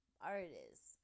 artists